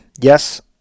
yes